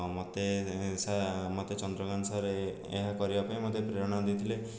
ମୋତେ ମୋତେ ଚନ୍ଦ୍ରକାନ୍ତ ସାର୍ ଏହା କରିବା ପାଇଁ ମୋତେ ପ୍ରେରଣା ଦେଇଥିଲେ